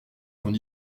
son